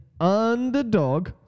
underdog